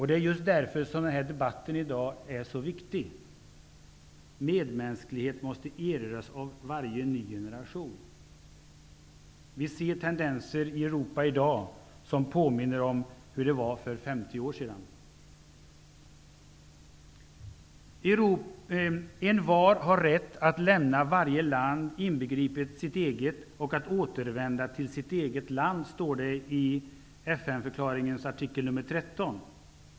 Det är just därför dagens debatt är så viktig. Medmänsklighet måste erövras av varje ny generation. Vi ser tendenser i Europa i dag som påminner om hur det var för femtio år sedan. ''Envar har rätt att lämna varje land, inbegripet sitt eget, och att återvända till sitt eget land'', står det i FN-förklaringens artikel nr 13.